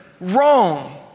Wrong